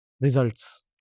Results